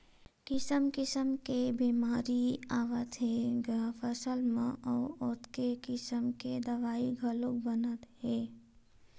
किसम किसम के बेमारी आवत हे ग फसल म अउ ओतके किसम के दवई घलोक बनत हे